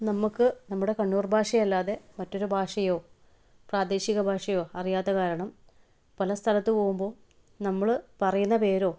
നമുക്ക് നമ്മുടെ കണ്ണൂർ ഭാഷ അല്ലാതെ മറ്റൊരു ഭാഷയോ പ്രാദേശിക ഭാഷയോ അറിയാത്ത കാരണം പല സ്ഥലത്തും പോകുമ്പോൾ നമ്മൾ പറയുന്ന പേരോ